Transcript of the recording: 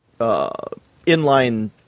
inline